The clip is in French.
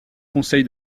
conseil